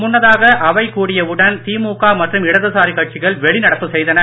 முன்னதாக அவை கூடிய உடன் திமுக மற்றும் இடதுசாரி கட்சிகள் வெளிநடப்பு செய்தன